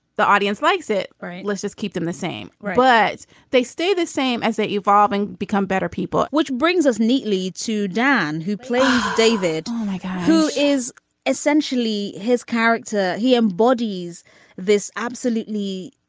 the audience likes it. right let's just keep them the same but they stay the same as they evolving become better people which brings us neatly to dan who plays david mike who is essentially his character. he embodies this. absolutely